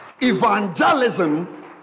Evangelism